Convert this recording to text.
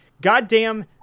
goddamn